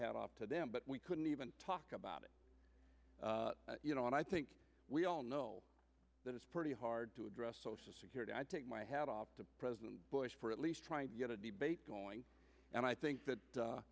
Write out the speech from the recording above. hat off to them but we couldn't even talk about it you know and i think we all know that it's pretty hard to address social security i take my hat off to president bush for at least trying to get a debate going and i think that